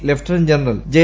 lieutenant general J